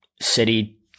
city